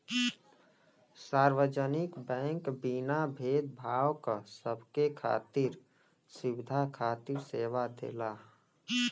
सार्वजनिक बैंक बिना भेद भाव क सबके खातिर सुविधा खातिर सेवा देला